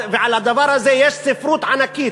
ועל הדבר הזה יש ספרות ענקית,